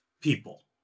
people